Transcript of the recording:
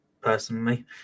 personally